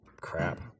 Crap